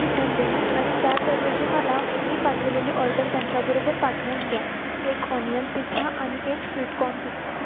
return देईन आणि त्याचऐवजी मला मी पाठवलेली ऑर्डर त्यांच्याबरोबर पाठवून द्या एक ऑनियन पिझ्झा आणि एक स्वीटकॉर्न पिझ्झा